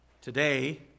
Today